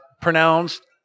pronounced